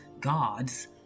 gods